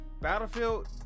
Battlefield